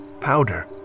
powder